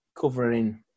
covering